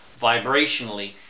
vibrationally